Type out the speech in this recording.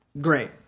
great